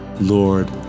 Lord